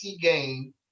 game